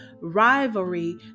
rivalry